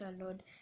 Lord